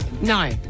No